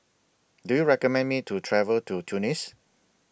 Do YOU recommend Me to travel to Tunis